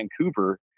Vancouver